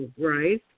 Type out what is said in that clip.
right